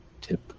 tip